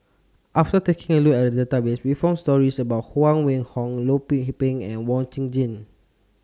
after taking A Look At The Database We found stories about Huang Wenhong Loh Lik Peng and Wee Chong Jin